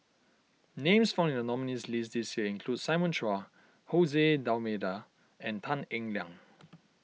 names found in the nominees' list this year include Simon Chua Jose D'Almeida and Tan Eng Liang